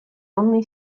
only